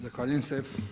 Zahvaljujem se.